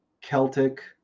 Celtic